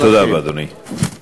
תודה רבה, אדוני.